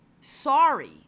Sorry